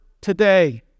today